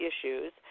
issues